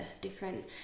different